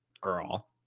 girl